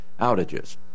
outages